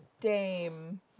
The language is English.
Dame